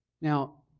Now